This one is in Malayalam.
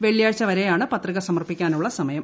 വെള്ളിയാഴ്ചവരെയാണ് പത്രിക സമർപ്പിക്കാനുള്ള സമയം